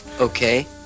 Okay